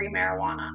marijuana